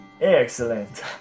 Excellent